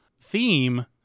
theme